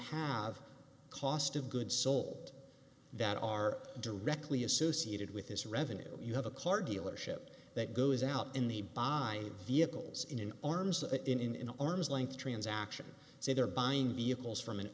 have cost of goods sold that are directly associated with this revenue you have a car dealership that goes out in the buy vehicles in an arms in an arm's length transaction say they're buying the ickle from an